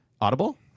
Audible